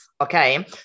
Okay